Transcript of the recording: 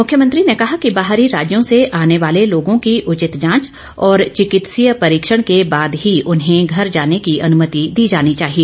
मुख्यमंत्री ने कहा कि बाहरी राज्यों से आने वाले लोगों की उचित जांच और चिकित्सीय परीक्षण के बाद ही उन्हें घर जाने की अनुमति दी जानी चाहिए